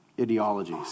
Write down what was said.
ideologies